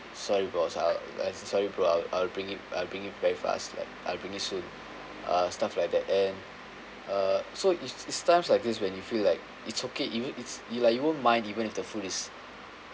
sorry boss I'll I just sorry bro I'll I'll bring it I'll bring it very fast like I'll bring it soon uh stuff like that and uh so it's it's times like this when you feel like it's okay even it's it like you won't mind even if the food is